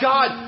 God